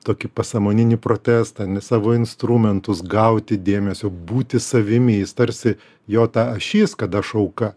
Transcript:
tokį pasąmoninį protestą ne savo instrumentus gauti dėmesio būti savimi jis tarsi jo ta ašis kad aš auka